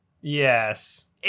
Yes